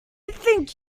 think